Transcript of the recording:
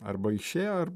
arba išėjo arba